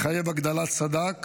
יחייבו הגדלת סד"כ